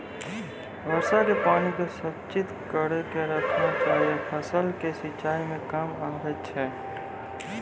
वर्षा के पानी के संचित कड़ी के रखना चाहियौ फ़सल के सिंचाई मे काम आबै छै?